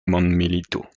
mondmilito